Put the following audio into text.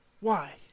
Why